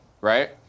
Right